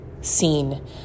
seen